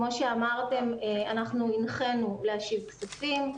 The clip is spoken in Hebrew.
כמו שאמרתם, אנחנו הנחנו להשיב כספים,